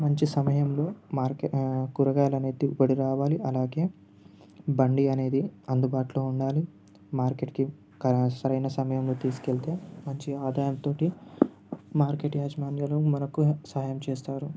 మంచి సమయంలో మార్కెట్ కూరగాయలనేవి దిగుబడి రావాలి అలాగే బండి అనేది అందుబాటులో ఉండాలి మార్కెట్కి సరైన సమయంలో తీసుకెళితే మంచి ఆదాయంతో మార్కెట్ యాజమాన్యాలు మనకు సహాయం చేస్తారు